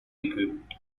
equipped